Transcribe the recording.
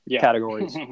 categories